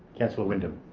councillor wyndham